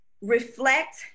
reflect